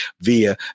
via